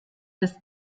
des